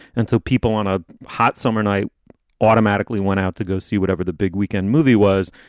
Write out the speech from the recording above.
and so people on a hot summer night automatically went out to go see whatever the big weekend movie was.